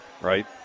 right